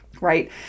right